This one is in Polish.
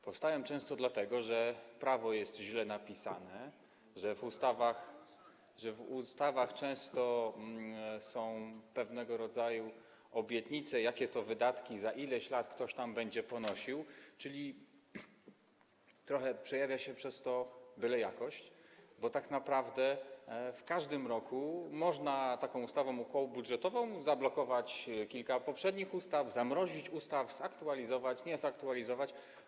Powstają często dlatego, że prawo jest źle napisane, że w ustawach często są pewnego rodzaju obietnice, jakie to wydatki za ileś lat ktoś tam będzie ponosił, czyli trochę przejawia się w tym bylejakość, bo tak naprawdę w każdym roku można taką ustawą okołobudżetową zablokować kilka poprzednich ustaw, zamrozić je, zaktualizować, nie zaktualizować.